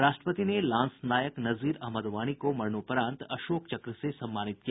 राष्ट्रपति ने लांस नायक नजीर अहमद वानी को मरणोपरांत अशोक चक्र से सम्मानित किया